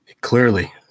clearly